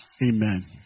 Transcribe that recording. amen